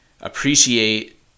appreciate